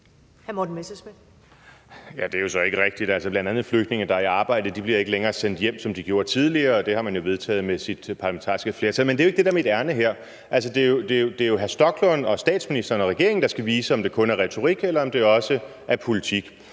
Det er jo så ikke rigtigt. Altså, bl.a. flygtninge, der er i arbejde, bliver ikke længere sendt hjem, som de gjorde tidligere. Det har man jo vedtaget med sit parlamentariske flertal. Men det er jo ikke det, der er mit ærinde her. Altså, det er jo hr. Rasmus Stoklund og statsministeren og regeringen, der skal vise, om det kun er retorik, eller om